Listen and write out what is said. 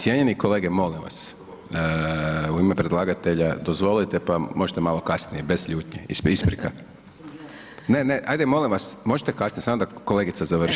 Cijenjeni kolege, molim vas, u ime predlagatelja, dozvolite pa možete malo kasnije, bez ljutnje, isprika. … [[Upadica sa strane, ne razumije se.]] Ne, ne ajde molim vas, možete kasnije, samo da kolegica završi.